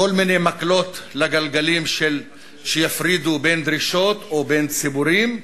כל מיני מקלות לגלגלים שיפרידו בין דרישות או בין ציבורים,